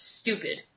stupid